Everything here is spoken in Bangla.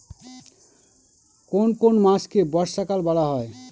কোন কোন মাসকে বর্ষাকাল বলা হয়?